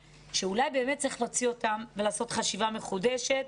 שצריך להוציא אותם ולעשות חשיבה מחודשת,